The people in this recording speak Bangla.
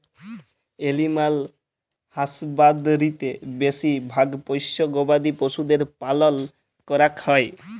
এলিম্যাল হাসবাদরীতে বেশি ভাগ পষ্য গবাদি পশুদের পালল ক্যরাক হ্যয়